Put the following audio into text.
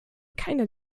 keiner